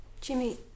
Jimmy